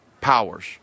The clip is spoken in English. powers